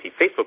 Facebook